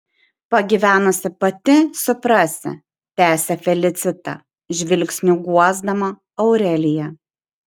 pagyvenusi pati suprasi tęsė felicita žvilgsniu guosdama aureliją